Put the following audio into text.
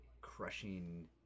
crushing